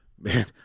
man